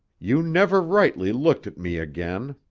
you never rightly looked at me again.